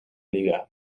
liga